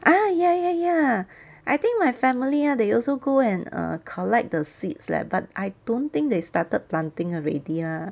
ah ya ya ya ya I think my family ah they also go and err collect the seeds leh but I don't think they started planting already lah